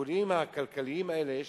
לשיקולים הכלכליים האלה יש